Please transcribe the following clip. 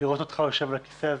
לראות אותך יושב על הכיסא הזה.